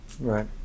right